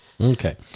Okay